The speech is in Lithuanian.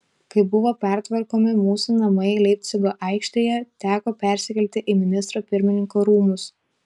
kai buvo pertvarkomi mūsų namai leipcigo aikštėje teko persikelti į ministro pirmininko rūmus